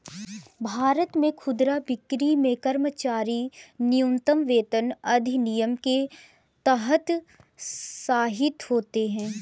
भारत में खुदरा बिक्री में कर्मचारी न्यूनतम वेतन अधिनियम के तहत शासित होते है